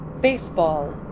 Baseball